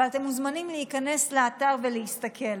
אבל אתם מוזמנים להיכנס לאתר ולהסתכל.